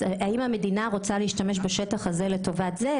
אם המדינה רוצה להשתמש בשטח הזה לטובת זה,